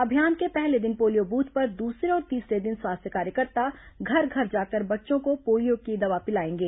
अभियान के पहले दिन पोलियो बूथ पर दूसरे और तीसरे दिन स्वास्थ्य कार्यकर्ता घर घर जाकर बच्चों को पोलियो की दवा पिलाएंगे